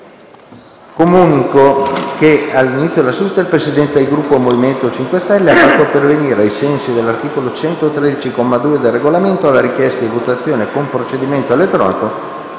che all'inizio della seduta il Presidente del Gruppo MoVimento 5 Stelle ha fatto pervenire, ai sensi dell'articolo 113, comma 2, del Regolamento, la richiesta di votazione con procedimento elettronico